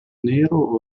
nero